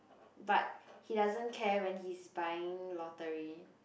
but he doesn't care when he's buying lottery